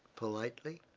politely.